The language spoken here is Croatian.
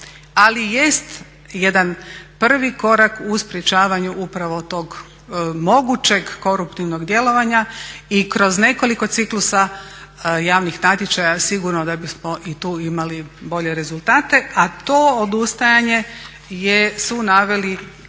Ali jest jedan prvi korak u sprječavanju upravo tog mogućeg koruptivnog djelovanja i kroz nekoliko ciklusa javnih natječaja sigurno da bismo i tu imali bolje rezultate, a to odustajanje su naveli,